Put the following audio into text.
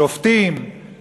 שופטים,